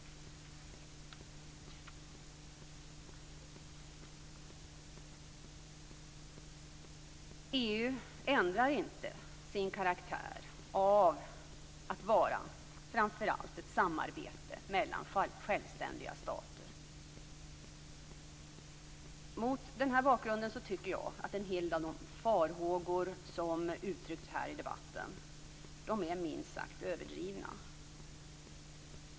EU ändrar inte sin karaktär av att vara framför allt ett samarbete mellan självständiga stater. Mot den här bakgrunden tycker jag att en hel del av de farhågor som uttryckts i debatten är minst sagt överdrivna.